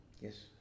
yes